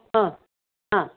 हां हां